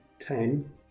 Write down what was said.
ten